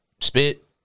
spit